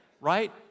right